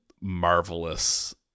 marvelous